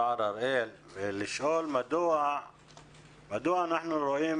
סער הראל, ולשאול מדוע אנחנו רואים